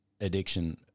addiction